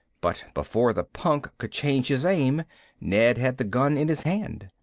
but before the punk could change his aim ned had the gun in his hand.